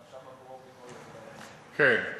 כן.